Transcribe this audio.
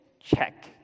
check